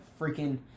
freaking